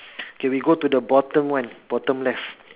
K we go to the bottom one bottom left